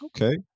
Okay